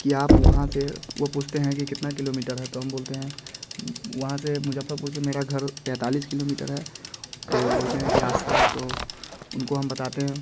कि आप वहाँ से वो पूछते हैं कि कितना किलोमीटर है तो हम बोलते हैं वहाँ से मुजफ्फपुर से मेरा घर पैंतालीस किलोमीटर है तो बोलते हैं कि रास्ता तो उनको हम बताते हैं